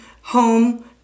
home